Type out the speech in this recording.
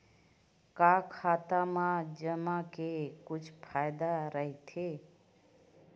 का खाता मा जमा के कुछु फ़ायदा राइथे?